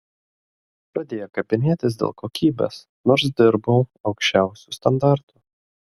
pradėjo kabinėtis dėl kokybės nors dirbau aukščiausiu standartu